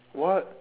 what